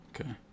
Okay